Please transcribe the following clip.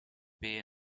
beer